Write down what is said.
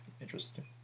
interesting